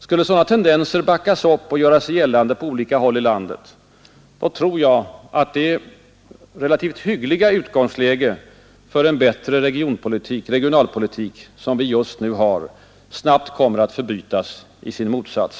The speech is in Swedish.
Skulle sådana tendenser backas upp och göra sig gällande på andra håll i landet, tror jag att det relativt hyggliga utgångsläge för en bättre regionalpolitik som vi just nu har snabbt kommer att förbytas i sin motsats.